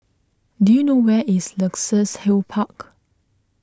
do you know where is Luxus Hill Park